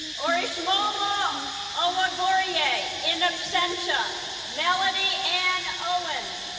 orishamola ah owagboriaye in absentia melody anne owen